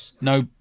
no